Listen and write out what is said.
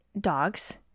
dogs